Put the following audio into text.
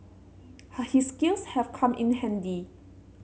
her his skills have come in handy